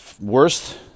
worst